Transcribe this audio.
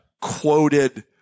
quoted